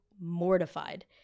mortified